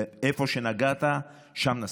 איפה שנגעת, שם נסעת.